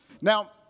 Now